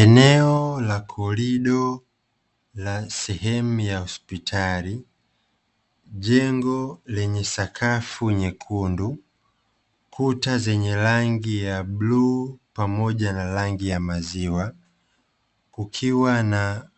Eneo la korido la sehemu ya hospitali, jengo lenye sakafu nyekundu, kuta zenye rangi ya bluu pamoja na rangi ya maziwa. Kukiwa na